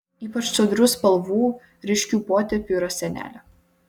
ypač sodrių spalvų ryškių potėpių yra senelė